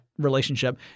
relationship